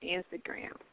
Instagram